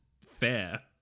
fair